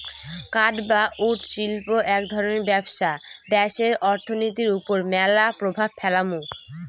কাঠ বা উড শিল্প এক বড় ব্যবসা দ্যাশের অর্থনীতির ওপর ম্যালা প্রভাব ফেলামু